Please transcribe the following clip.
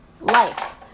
life